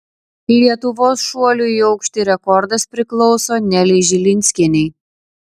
lietuvos šuolių į aukštį rekordas priklauso nelei žilinskienei